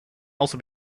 also